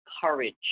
courage